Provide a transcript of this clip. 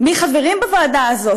מי חברים בוועדה הזאת?